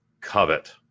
covet